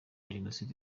jenoside